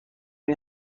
این